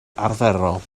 arferol